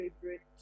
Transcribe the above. favorite